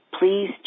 Please